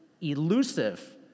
elusive